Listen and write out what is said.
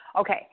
okay